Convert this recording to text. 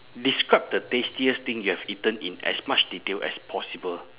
describe the tastiest thing you have eaten in as much detail as possible